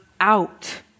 out